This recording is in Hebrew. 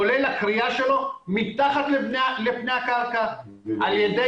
כולל הכרייה שלו מתחת לפני הקרקע על ידי